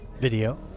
Video